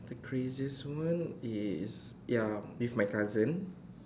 the craziest one is ya with my cousin